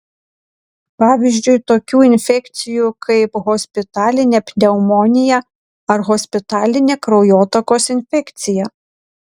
pavyzdžiui tokių infekcijų kaip hospitalinė pneumonija ar hospitalinė kraujotakos infekcija